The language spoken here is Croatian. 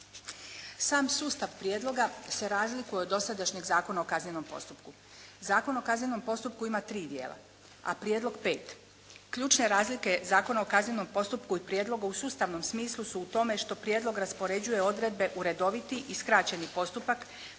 Sam sustav prijedloga se razlikuje od dosadašnjeg Zakona o kaznenom postupku. Zakon o kaznenom postupku ima tri dijela, a prijedlog pet. Ključne razlike Zakona o kaznenom postupku i prijedlogu u sustavnom smislu su u tome što prijedlog raspoređuje odredbe u redoviti i skraćeni postupak,